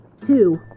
Two